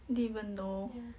did't even know